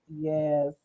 Yes